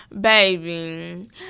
Baby